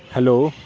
hello